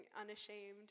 unashamed